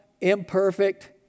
imperfect